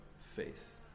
faith